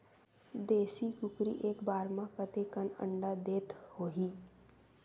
देशी कुकरी एक बार म कतेकन अंडा देत होही?